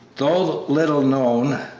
though little known,